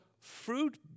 fruit